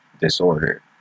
disorder